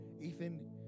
Ethan